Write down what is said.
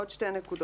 עוד שתי נקודות.